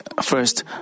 first